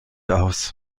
aus